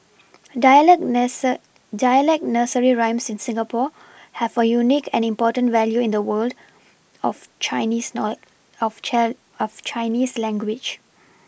dialect nurser dialect nursery rhymes in Singapore have a unique and important value in the world of Chinese nor of chair of Chinese language